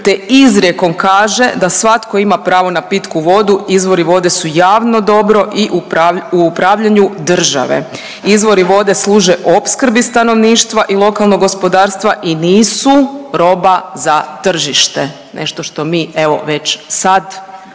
te izrijekom kaže da svatko ima pravo na pitku vodu, izvori vode su javno dobro i u upravljanju države. Izvori vode služe opskrbi stanovništva i lokalnog gospodarstva i nisu roba za tržište. Nešto što mi evo već sad